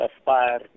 aspire